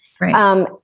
Right